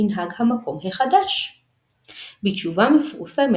ועל כן גם אם הגיעו בסופו של דבר רבים,